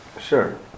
sure